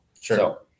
Sure